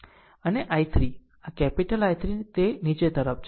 અને I3 આ capital I3 તે નીચે તરફ છે